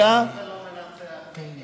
פשיעה, אבל אתה מבין שזה לא מנצח, מיקי.